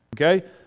Okay